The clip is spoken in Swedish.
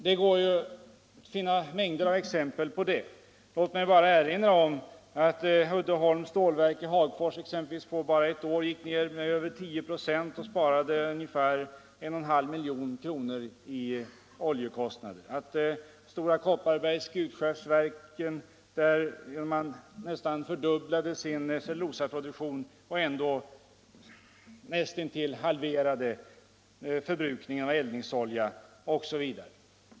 Det kan anföras mängder av exempel på det. Låt mig bara erinra om några exempel från näringslivet. Uddeholms stålverk i Hagfors skar på bara ett år ned sin energiförbrukning med 10 96 och sparade ungefär en och en halv miljon kronor i oljekostnader. Stora Kopparberg, Skutskärsverken, nästan fördubblade sin cellulosaproduktion samtidigt som man näst intill halverade förbrukningen av eldningsolja.